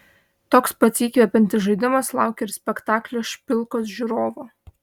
toks pats įkvepiantis žaidimas laukia ir spektaklio špilkos žiūrovo